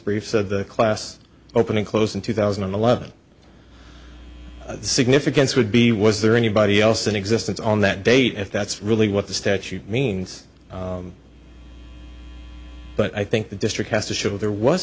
briefs the class opening close in two thousand and eleven the significance would be was there anybody else in existence on that date if that's really what the statute means but i think the district has to show there was